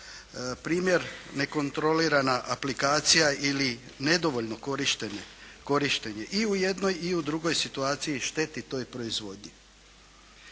Primjer nekontrolirana aplikacija ili nedovoljno korištenje i u jednoj i u drugoj situaciji škodi toj proizvodnji.